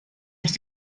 ich